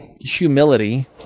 humility